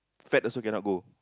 fat also cannot go